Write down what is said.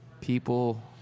People